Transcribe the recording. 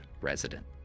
resident